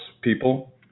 people